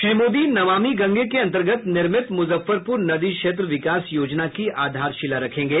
श्री मोदी नमामि गंगे के अंतर्गत निर्मित मुजफ्फरपुर नदी क्षेत्र विकास योजना की आधारशिला रखेंगे